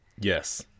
Yes